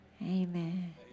amen